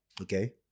Okay